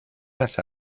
las